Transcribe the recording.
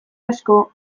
asko